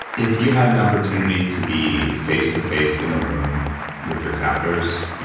if you had an opportunity to be face to face in a room with your captors,